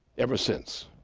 ever since.